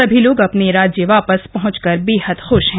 सभी लोग अपने राज्य वापस पहंचकर बेहद ख्श हैं